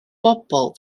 bobl